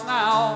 now